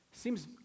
Seems